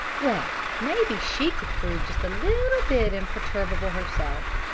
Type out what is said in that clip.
well maybe she could prove just a little bit imperturbable herself!